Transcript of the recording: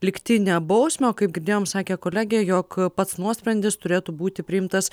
lygtinę bausmę o kaip girdėjom sakė kolegė jog pats nuosprendis turėtų būti priimtas